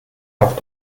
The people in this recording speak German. auf